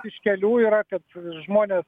iš kelių yra kad žmonės